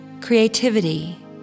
creativity